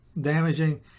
damaging